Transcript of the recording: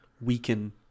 weaken